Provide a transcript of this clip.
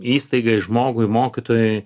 įstaigai žmogui mokytojui